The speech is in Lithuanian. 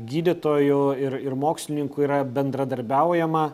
gydytoju ir ir mokslininku yra bendradarbiaujama